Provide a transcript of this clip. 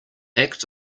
act